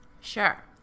Sure